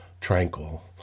Tranquil